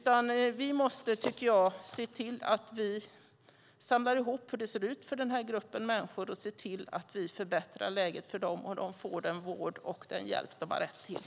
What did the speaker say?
Jag tycker att vi måste ta reda på hur det ser ut för den här gruppen människor och se till att vi förbättrar läget för dem så att de får den vård och den hjälp de har rätt till.